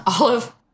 Olive